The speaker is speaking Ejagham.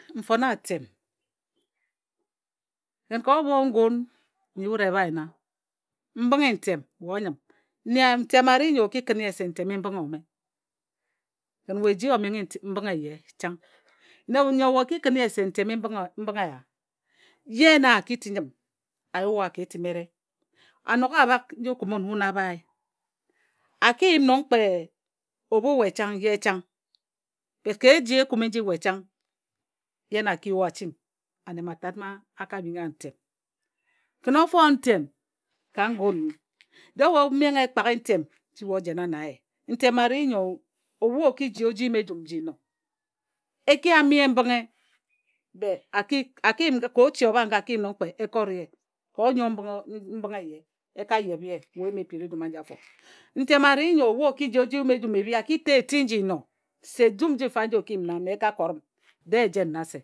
M fone atem kǝn ka obho ngun nyi wut e bhae nna mbǝnghe ntem we onyǝm. Nne a ri ntem a ri nyo o ki kǝn ye se ntem i mbǝnghe ome. Kǝn we eji o mbǝnghe eye chang. Nne nyo we o kǝn ye se nlem i mbǝnghe owa ye na a ki ti njǝm a yue wa ka etim ere. A nok a bhak nji o kume wun wun abhe a ki yim nong kpe obhu we chang ye chang. bet ka eji ekume nji we chang, ye na ki yue wa a ching ane mma tat mma a ka bhing wa ntem kǝn o fon ntem ka ngun nyi dee we o menghe ekpak ntem nji we o jena na ye. Ntem a ri nyo obhu o ki ji o ji yim ejum nji no e ki yam ye mbǝnghe bet a ki yim ka ochi o bha nga a ki yim nong e kot ye. Ka onyoe mbǝnghe e ka yebhe ye, se we o yim e piri ejum aji afo. Ntem a ri nyo obhu o ki ji oji yim ejum ebhi a ki ti wa eti nji no se ejum nji fa nji o ki nna mme e ka kot m dee e ejen nna se.